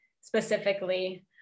specifically